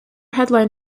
headline